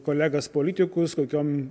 kolegas politikus kokiom